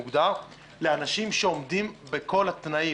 לאנשים שעומדים בכל התנאים,